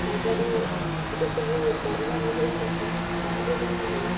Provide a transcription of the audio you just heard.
ଖାଇବାର ଯେତିକି ସବୁ ପରିମାଣ ରହିବା କଥା ତାହା ବି ବହୁତ ଭଲ